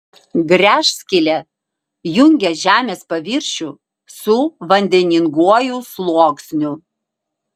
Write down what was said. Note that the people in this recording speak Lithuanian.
gręžskylė jungia žemės paviršių su vandeninguoju sluoksniu